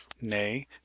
nay